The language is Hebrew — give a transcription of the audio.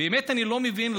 באמת אני לא מבין,